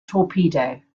torpedo